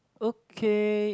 okay